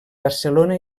barcelona